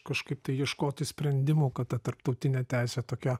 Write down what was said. kažkaip tai ieškoti sprendimų kad ta tarptautinė teisė tokia